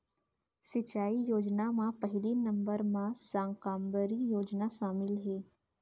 सिंचई योजना म पहिली नंबर म साकम्बरी योजना सामिल हे